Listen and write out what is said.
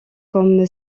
comme